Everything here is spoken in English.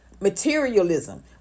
materialism